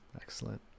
excellent